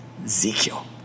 Ezekiel